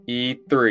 e3